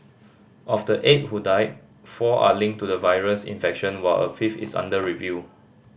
of the eight who died four are linked to the virus infection while a fifth is under review